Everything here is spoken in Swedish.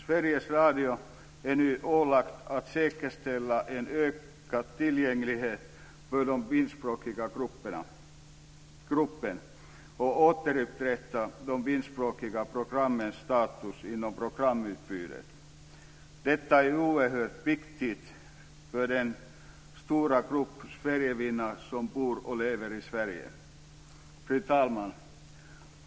Sveriges Radio är nu ålagd att säkerställa en ökad tillgänglighet för den finskspråkiga gruppen och att återupprätta de finskspråkiga programmens status inom programutbudet. Detta är oerhört viktigt för den stora grupp sverigefinnar som bor och lever i Sverige. Fru talman!